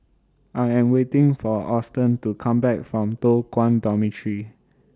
I Am waiting For Austen to Come Back from Toh Guan Dormitory